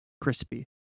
crispy